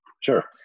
Sure